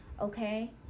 okay